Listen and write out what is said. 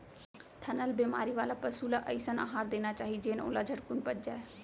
थनैल बेमारी वाला पसु ल अइसन अहार देना चाही जेन ओला झटकुन पच जाय